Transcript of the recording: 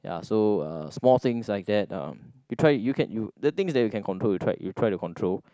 ya so uh small things like that uh you try you can you the things you can control you try you try to control